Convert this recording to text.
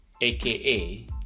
aka